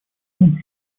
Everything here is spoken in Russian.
нам